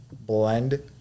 Blend